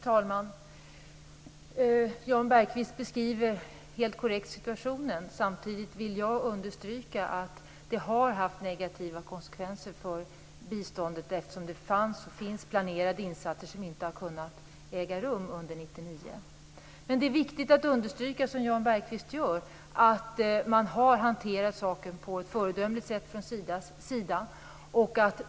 Fru talman! Jan Bergqvist beskriver helt korrekt situationen. Samtidigt vill jag understryka att det har haft negativa konsekvenser för biståndet eftersom det fanns, och finns, planerade insatser som inte har kunnat äga rum under 1999. Men det är viktigt att understryka, som Jan Bergqvist också gör, att Sida har hanterat saken på ett föredömligt sätt.